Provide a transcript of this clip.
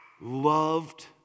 loved